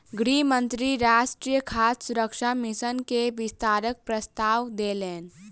गृह मंत्री राष्ट्रीय खाद्य सुरक्षा मिशन के विस्तारक प्रस्ताव देलैन